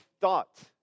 thought